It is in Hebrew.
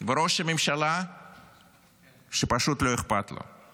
וראש הממשלה שפשוט לא אכפת לו.